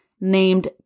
named